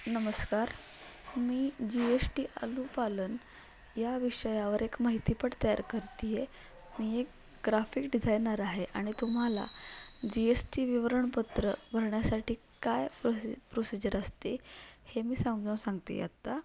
नमस्कार मी G S T अनुपालन या विषयावर एक माहितीपट तयार करते आहे मी एक ग्राफिक डिझायनर आहे आणि तुम्हाला जी एस टी विवरणपत्र भरण्यासाठी काय प्रोसि प्रोसिजर असते हे मी समजावून सांगते आहे आत्ता